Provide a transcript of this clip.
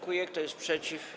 Kto jest przeciw?